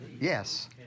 yes